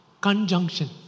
conjunction